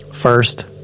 First